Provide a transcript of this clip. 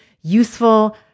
useful